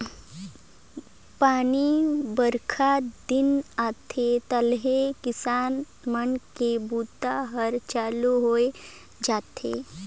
पानी बाईरखा दिन आथे तहाँले किसान मन के बूता हर चालू होए जाथे